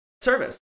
service